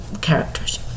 characters